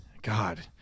God